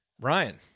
Ryan